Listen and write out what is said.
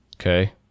Okay